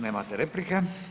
Nemate replika.